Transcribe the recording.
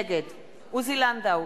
נגד עוזי לנדאו,